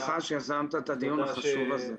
אני מודה לך שיזמת את הדיון החשוב הזה.